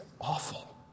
awful